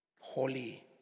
holy